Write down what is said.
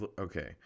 Okay